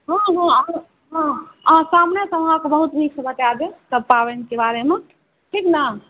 हँ हँ आउ हँ सामनेसँ बहुत नीकसँ बता देब सब पाबनिके बारेमे ठीक ने